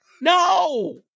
No